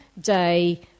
day